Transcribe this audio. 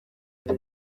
aha